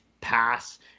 pass